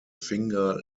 finger